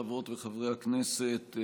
חברות וחברי הכנסת,